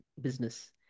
business